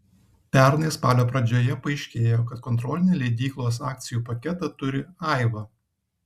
pernai spalio pradžioje paaiškėjo kad kontrolinį leidyklos akcijų paketą turi aiva